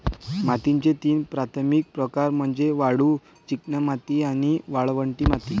मातीचे तीन प्राथमिक प्रकार म्हणजे वाळू, चिकणमाती आणि वाळवंटी माती